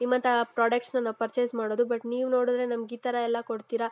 ನಿಮ್ಮಂಥ ಪ್ರಾಡಕ್ಟ್ಸನ್ನ ನಾವು ಪರ್ಚೆಸ್ ಮಾಡೋದು ಬಟ್ ನೀವು ನೋಡಿದ್ರೆ ನಮ್ಗೆ ಈ ಥರ ಎಲ್ಲ ಕೊಡ್ತೀರ